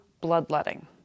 bloodletting